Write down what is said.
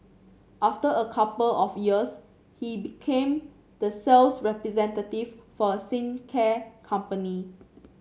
after a couple of years he became the sales representative for a company